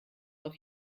auf